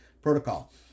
Protocol